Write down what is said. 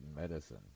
medicine